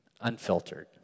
unfiltered